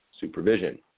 supervision